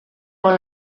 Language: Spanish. con